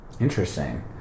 Interesting